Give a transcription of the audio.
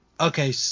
Okay